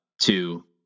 two